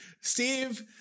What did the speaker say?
Steve